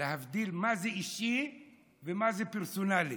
להבדיל, מה זה אישי ומה זה פרסונלי.